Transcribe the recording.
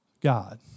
God